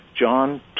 John